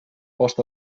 post